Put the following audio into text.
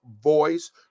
voice